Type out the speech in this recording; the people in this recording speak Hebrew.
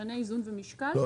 משנה איזון ומשקל.